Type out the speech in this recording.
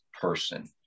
person